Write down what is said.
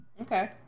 Okay